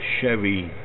Chevy